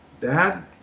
Dad